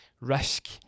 risk